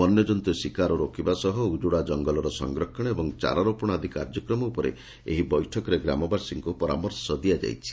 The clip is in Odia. ବନ୍ୟଜନ୍ତୁ ଶିକାର ରୋକିବା ସହ ଉଜୁଡା ଜଙ୍ଗଲର ସଂରକ୍ଷଣ ଏବଂ ଚାରାରୋପଣ ଆଦି କାର୍ଯ୍ୟକ୍ରମ ଉପରେ ଏହି ବୈଠକରେ ଗ୍ରାମବାସୀଙ୍କୁ ପରାମର୍ଶ ଦିଆଯାଇଛି